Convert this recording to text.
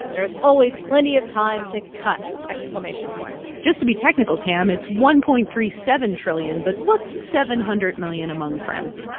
there is always plenty of time to cut exclamation point just to be technical, tam, it's one point three seven trillion, but what's seven hundred million among friends?